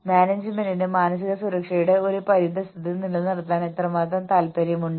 അവർക്ക് ചെറിയ തൊഴിൽ ചക്രം ഉണ്ട് അവർക്ക് വ്യക്തമായ അളക്കാവുന്ന ഔട്ട്പുട്ട് ഉണ്ട്